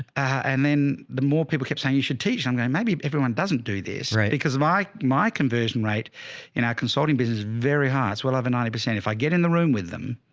and then the more people kept saying, you should teach, i'm going, maybe everyone doesn't do this because my, my conversion rate in our consulting business very hard. it's well over ninety percent if i get in the room with them,